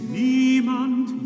niemand